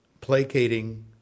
placating